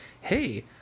hey